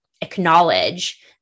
acknowledge